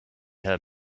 her